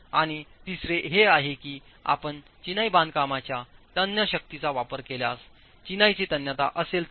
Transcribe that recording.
आणि तिसरे हे आहे की आपण चिनाई बांधकामच्या तन्य शक्तीचा वापर केल्यास चिनाईची तन्यता असेल तर